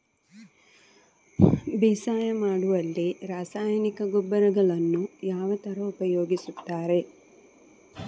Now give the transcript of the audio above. ಬೇಸಾಯ ಮಾಡುವಲ್ಲಿ ರಾಸಾಯನಿಕ ಗೊಬ್ಬರಗಳನ್ನು ಯಾವ ತರ ಉಪಯೋಗಿಸುತ್ತಾರೆ?